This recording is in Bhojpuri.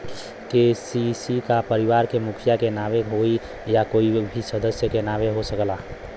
के.सी.सी का परिवार के मुखिया के नावे होई या कोई भी सदस्य के नाव से हो सकेला?